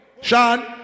Sean